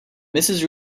mrs